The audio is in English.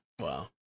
Wow